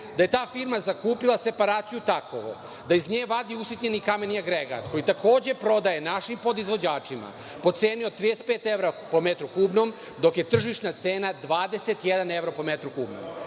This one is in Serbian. da je ta firma zakupila separaciju „Takovo“, da iz nje vadi usitnjeni kameni agregat koji takođe prodaje našim podizvođačima po ceni od 35 evra po metru kubnom, dok je tržišna cena 21 evro po metru kubnom? Znači,